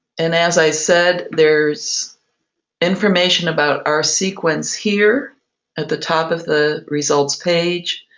and, as i said, there is information about our sequence here at the top of the results page.